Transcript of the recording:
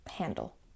handle